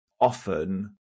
often